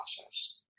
process